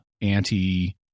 anti